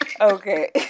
okay